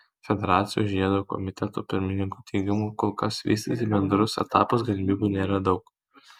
federacijos žiedo komiteto pirmininko teigimu kol kas vystyti bendrus etapus galimybių nėra daug